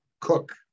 cook